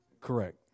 Correct